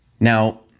Now